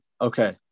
Okay